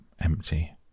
empty